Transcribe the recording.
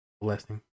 blessing